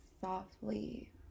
softly